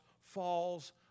falls